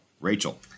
Rachel